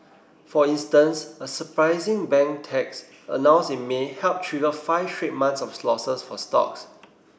for instance a surprising bank tax announced in May helped trigger five straight months of losses for stocks